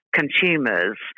consumers